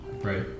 Right